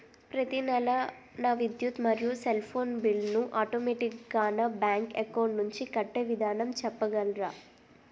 ప్రతి నెల నా విద్యుత్ మరియు సెల్ ఫోన్ బిల్లు ను ఆటోమేటిక్ గా నా బ్యాంక్ అకౌంట్ నుంచి కట్టే విధానం చెప్పగలరా?